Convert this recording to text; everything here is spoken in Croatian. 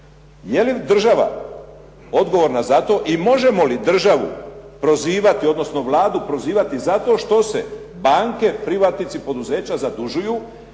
je li država odgovorna za to i možemo li državu prozivati odnosno Vladu prozivati zato što se banke, privatnici, poduzeća zadužuju